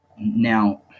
Now